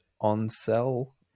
on-sell